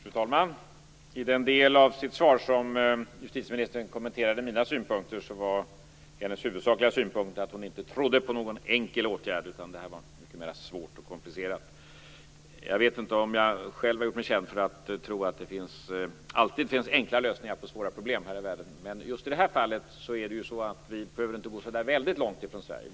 Fru talman! I den del av sitt svar där justitieministern kommenterade mina synpunkter var hennes huvudsakliga ståndpunkt att hon inte trodde på någon enkel åtgärd. Det här var mycket mer svårt och komplicerat. Jag vet inte om jag själv har gjort mig känd för att tro att det alltid finns enkla lösningar på svåra problem här i världen. Men just i det här fallet behöver vi ju inte gå så väldigt långt från Sverige.